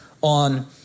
on